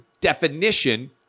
definition